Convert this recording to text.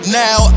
now